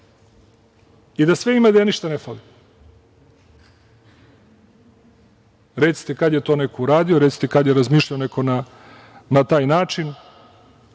i da sve ima, da joj ništa ne fali. Recite kad je to neko uradio, recite kad je razmišljao neko na taj način?